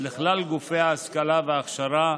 לכלל גופי ההשכלה וההכשרה,